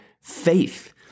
faith